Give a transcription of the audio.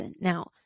now